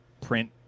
print